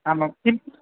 आमां किम्